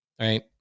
right